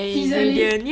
seasoning